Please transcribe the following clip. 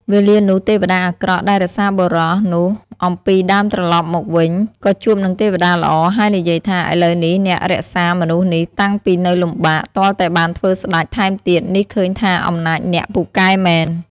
វេលានោះទេវតាអាក្រក់ដែលរក្សាបុរស នោះអំពីដើមត្រឡប់មកវិញ ក៏ជួបនឹងទេវតាល្អហើយនិយាយថា “ឥឡូវនេះអ្នករក្សា មនុស្សនេះតាំងពីនៅលំបាក ទាល់តែបានធ្វើស្ដេចថែមទៀត នេះឃើញថាអំណាចអ្នកពូកែមែន។